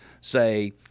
say